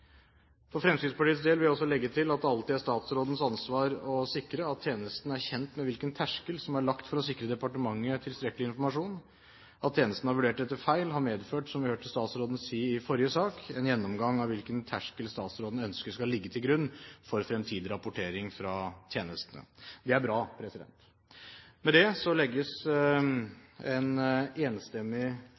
For Fremskrittspartiets del vil jeg også legge til at det alltid er statsrådens ansvar å sikre at tjenesten er kjent med hvilken terskel som er lagt for å sikre departementet tilstrekkelig informasjon. At tjenesten har vurdert dette feil, har medført, som vi hørte statsråden si i forrige sak, en gjennomgang av hvilken terskel statsråden ønsker skal ligge til grunn for fremtidig rapportering fra tjenestene. Det er bra. Med det legges en enstemmig